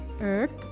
Earth